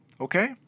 Okay